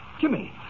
Jimmy